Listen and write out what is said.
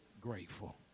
grateful